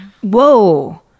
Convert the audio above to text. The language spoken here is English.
Whoa